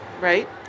right